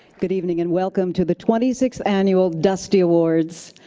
good evening and welcome to the twenty sixth annual dusty awards.